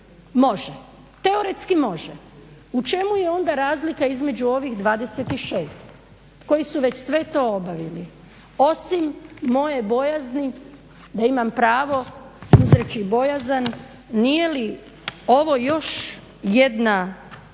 Može, teoretski može. U čemu je onda razlika između ovih 26 koji su već sve to obavili, osim moje bojazni da imam pravo izreći bojazan nije li ovo još jedna